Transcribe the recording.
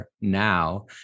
now